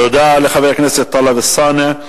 תודה לחבר הכנסת טלב אלסאנע.